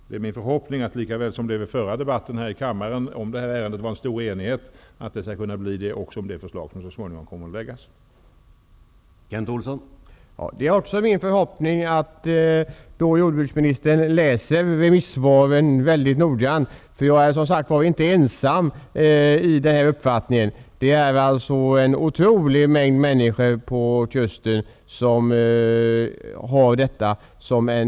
Det är min förhoppning att det, likaväl som det vid förra debatten här i kammaren fanns en stor enighet om detta ärende, skall kunna bli det även om det förslag som så småningom kommer att läggas fram.